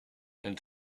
and